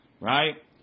Right